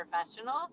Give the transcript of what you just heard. professional